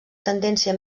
tendència